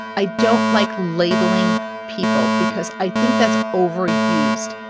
i don't like labeling people because i think that's overused.